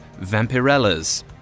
Vampirellas